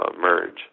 Merge